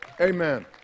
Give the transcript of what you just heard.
Amen